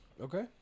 Okay